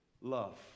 love